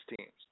teams